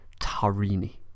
Tarini